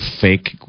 fake